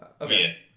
Okay